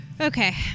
Okay